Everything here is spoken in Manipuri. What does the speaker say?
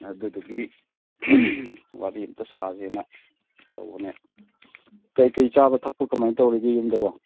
ꯑꯗꯨꯗꯨꯒꯤ ꯋꯥꯔꯤ ꯑꯃꯨꯛꯇ ꯁꯥꯁꯦꯅ ꯇꯧꯕꯅꯦ ꯀꯔꯤ ꯀꯔꯤ ꯆꯥꯕ ꯊꯛꯄ ꯀꯔꯝ ꯍꯥꯏꯅ ꯇꯧꯔꯤꯕꯒꯦ ꯌꯨꯝꯗꯕꯣ